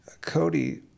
Cody